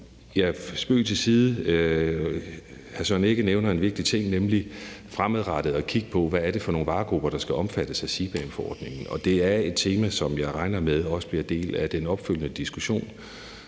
Ja, spøg til side. Hr. Søren Egge Rasmussen nævner også en vigtig ting, nemlig fremadrettet at kigge på, hvad det er for nogle varegrupper, der skal omfattes af CBAM-forordningen, og det er et tema, som jeg også regner med bliver en del af den opfølgende diskussion